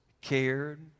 cared